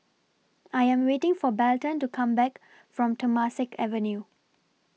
I Am waiting For Belton to Come Back from Temasek Avenue